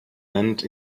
went